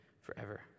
forever